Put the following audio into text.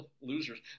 Losers